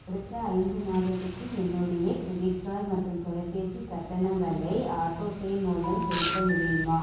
அடுத்த ஐந்து மாதத்துக்கு என்னுடைய க்ரிடிட் கார்டு மற்றும் தொலைபேசி கட்டணங்களை ஆட்டோபே மூலம் செலுத்த முடியுமா